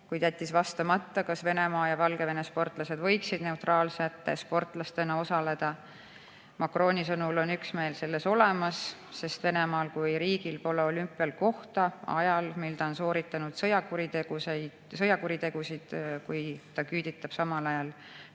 kuid jättis vastamata, kas Venemaa ja Valgevene sportlased võiksid neutraalsete sportlastena osaleda. Macroni sõnul on üksmeel selles olemas, sest Venemaal kui riigil pole olümpial kohta ajal, mil ta on sooritanud sõjakuritegusid, kui ta küüditab samal ajal